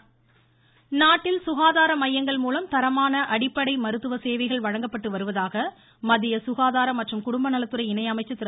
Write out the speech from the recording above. ருருரு அஸ்வினி குமார் சவ்பே நாட்டில் சுகாதார மையங்கள்மூலம் தரமான அடிப்படை மருத்துவ சேவைகள் வழங்கப்பட்டு வருவதாக மத்திய சுகாதார மற்றும் குடும்பநலத்துறை இணை அமைச்சர் திரு